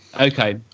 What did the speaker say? Okay